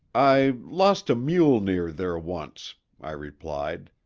i lost a mule near there once, i replied,